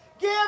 give